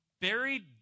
buried